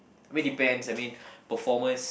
I mean depends I mean performers